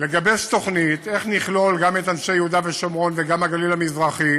לגבש תוכנית איך נכלול גם את אנשי יהודה ושומרון וגם את הגליל המזרחי